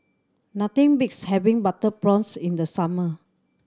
nothing beats having butter prawns in the summer